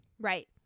Right